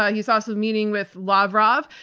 he's also meeting with lavrov.